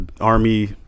army